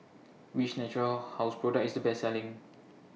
Which Natura House Product IS The Best Selling